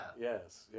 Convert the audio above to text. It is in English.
yes